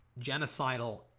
genocidal